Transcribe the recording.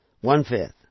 One-fifth